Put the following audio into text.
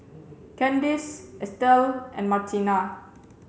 Candyce Estelle and Martina